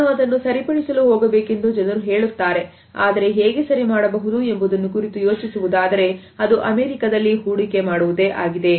ನಾನು ಅದನ್ನು ಸರಿಪಡಿಸಲು ಹೋಗಬೇಕೆಂದು ಜನರು ಹೇಳುತ್ತಾರೆ ಆದರೆ ಹೇಗೆ ಸರಿ ಮಾಡಬಹುದು ಎಂಬುದನ್ನು ಕುರಿತು ಯೋಚಿಸುವುದಾದರೆ ಅದು ಅಮೇರಿಕದಲ್ಲಿ ಹೂಡಿಕೆ ಮಾಡುವುದೇ ಆಗಿದೆ